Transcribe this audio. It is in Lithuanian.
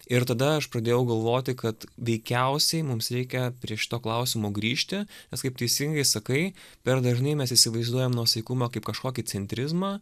ir tada aš pradėjau galvoti kad veikiausiai mums reikia prie šito klausimo grįžti nes kaip teisingai sakai per dažnai mes įsivaizduojam nuosaikumą kaip kažkokį centrizmą